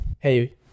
hey